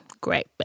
great